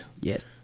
Yes